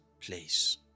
place